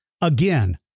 Again